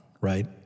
right